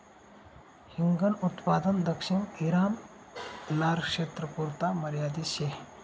हिंगन उत्पादन दक्षिण ईरान, लारक्षेत्रपुरता मर्यादित शे